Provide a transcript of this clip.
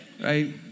right